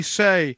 say